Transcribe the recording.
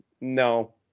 no